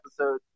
episode